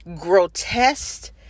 grotesque